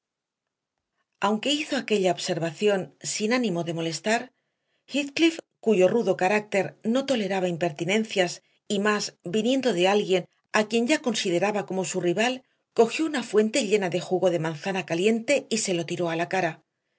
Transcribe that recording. aunque hizo aquella observación sin ánimo de molestarle heathcliff cuyo rudo carácter no toleraba impertinencias y más viniendo de alguien a quien ya consideraba como su rival cogió una fuente llena de jugo de manzana caliente y se lo tiró a la cara